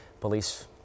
Police